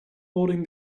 holding